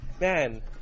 man